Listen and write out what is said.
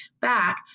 back